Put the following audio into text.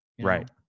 Right